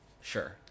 sure